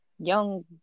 young